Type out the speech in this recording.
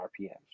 RPMs